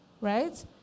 right